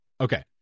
okay